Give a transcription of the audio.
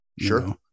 Sure